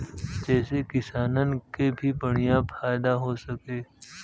जेसे किसानन के भी बढ़िया फायदा हो सके